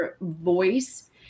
voice